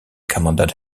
commanded